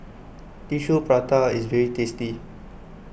Tissue Prata is very tasty